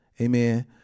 amen